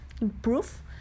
improve